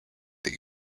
that